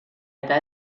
eta